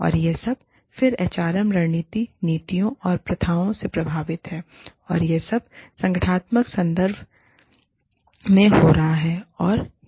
और यह सब फिर एचआरएम रणनीति नीतियों और प्रथाओं से प्रभावित है और यह सब एक संगठनात्मक संदर्भ में हो रहा है